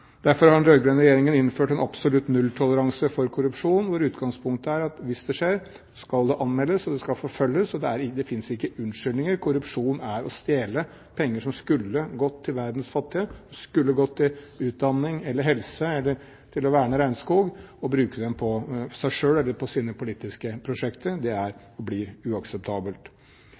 Derfor har den rød-grønne regjeringen innført en absolutt nulltoleranse for korrupsjon, hvor utgangspunktet er at hvis det skjer, skal det anmeldes, og det skal forfølges. Det finnes ikke unnskyldninger. Korrupsjon er å stjele penger som skulle gått til verdens fattigste, som skulle gått til utdanning eller helse eller til å verne regnskog. Og å bruke dem på seg selv eller sine politiske prosjekter er og blir uakseptabelt. Jeg er helt overbevist om at Norge nå er verdensledende på dette området. Det